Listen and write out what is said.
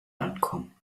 ankommen